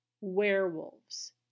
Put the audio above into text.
werewolves